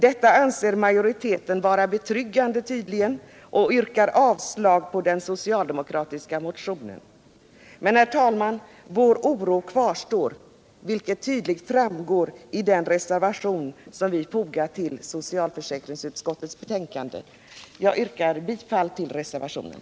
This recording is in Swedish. Detta anser majoriteten tydligen vara betryggande och yrkar avslag på den socialdemokratiska motionen. Men, herr talman, vår oro kvarstår, vilket tydligt framgår av den reservation som vi fogat vid socialförsäkringsutskottets betänkande nr 20. Jag yrkar bifall till reservationen.